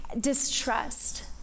distrust